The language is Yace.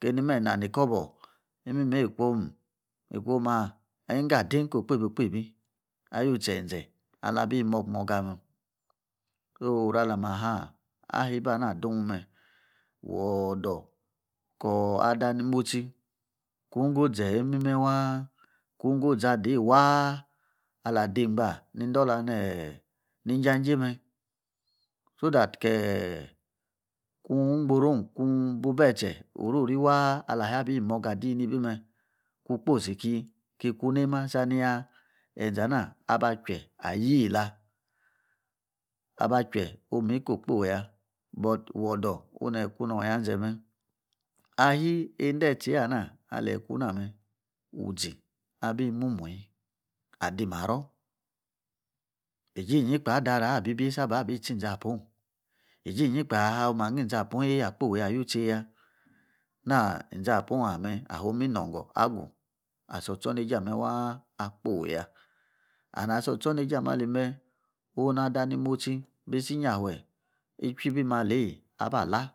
Kenime nani kobo nikom awu ngo ade niko okpebi, okpebi alutse anze akbi imoga imoga mee. Ko oru alamah aba ana adun mme wodor ka ada ni motsi kan ngozii imime waa kon ngo zii adaei waa alah demgba ni dolah neh? Jan jei me so that kei kon wongboruon kon bu bi etse orori waa alaha bi moga adii ni bii me kon kposi ki-ku neima. Enze ana aba-chuwe ayietah, aba-chuwe ayiko-kpoi ya but wodor oni ni kuna yanze mme Ahii, yende etsei ana alikuname uzi abi mumuii adi maror. Iji ni kpaa adarie abi ibiesa abi itsi inzapor, izi inyi kpe ahagiim izapoun eya akpoiya na izapoun ameh omi nogun. Ason otsornajei ameh omi nogun. Asor otsonejei ameh waa akpoiya. And asotsonajei ameh waa akpoiya. And as otsonajei ameh alime unn-ada nimotsi isi nya fe ijuibi malei aba alah